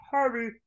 Harvey